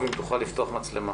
אנחנו בעיקרון,